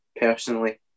personally